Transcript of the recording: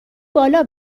بالا